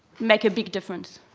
make a big difference.